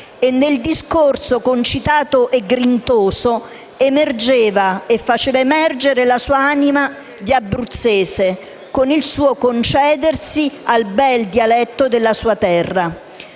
e nel discorso concitato e grintoso emergeva e faceva emergere la sua anima di abruzzese con il suo concedersi al bel dialetto della sua terra.